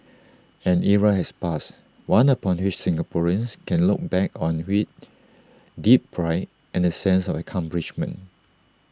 an era has passed one upon which Singaporeans can look back on with deep pride and A sense of accomplishment